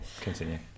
continue